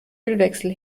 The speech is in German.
ölwechsel